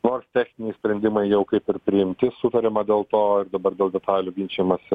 nors techniniai sprendimai jau kaip ir priimti sutariama dėl to ir dabar dėl detalių ginčijamasi